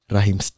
Rahim